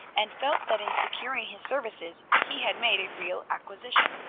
and felt that in securing his services he had made a real acquisition.